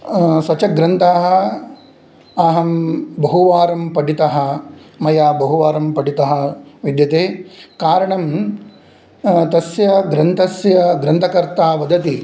स च ग्रन्थः अहं बहुवारं पठितः मया बहुवारं पठितः विद्यते कारणं तस्य ग्रन्थस्य ग्रन्थकर्ता वदति